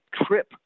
trip